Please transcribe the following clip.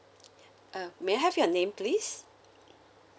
uh may I have your name please